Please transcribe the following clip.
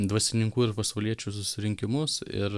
dvasininkų ir pasauliečių susirinkimus ir